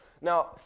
Now